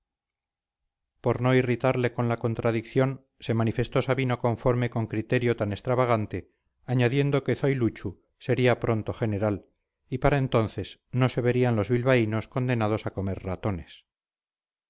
por no irritarle con la contradicción se manifestó sabino conforme con criterio tan extravagante añadiendo que zoiluchu sería pronto general y para entonces no se verían los bilbaínos condenados a comer ratones